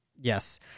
Yes